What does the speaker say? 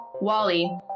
Wally